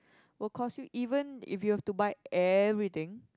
will cause you even if you have to buy everything